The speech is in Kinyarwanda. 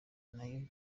nayo